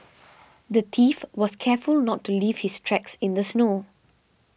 the thief was careful not to leave his tracks in the snow